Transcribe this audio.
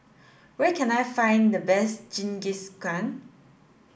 where can I find the best Jingisukan